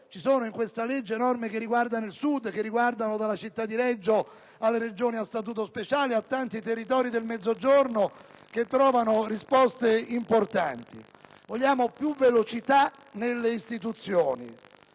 contiene norme che riguardano il Sud, dalla città di Reggio Calabria alle Regioni a statuto speciale, a tanti territori del Mezzogiorno che trovano risposte importanti. Vogliamo più velocità nelle istituzioni.